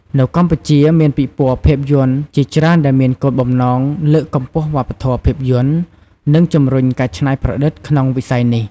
នៅកម្ពុជា មានពិព័រណ៍ភាពយន្តជាច្រើនដែលមានគោលបំណងលើកកម្ពស់វប្បធម៌ភាពយន្ត និងជំរុញការច្នៃប្រឌិតក្នុងវិស័យនេះ។